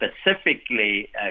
specifically